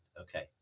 Okay